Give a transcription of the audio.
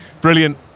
Brilliant